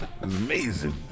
amazing